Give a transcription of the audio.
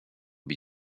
tak